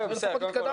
לפחות התקדמנו.